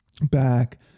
back